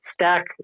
Stack